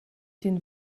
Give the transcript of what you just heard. den